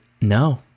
No